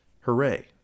Hooray